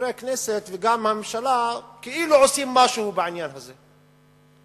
חברי הכנסת וגם הממשלה כאילו עושים משהו בעניין הזה,